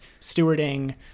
stewarding